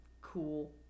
cool